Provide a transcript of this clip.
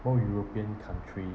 all european country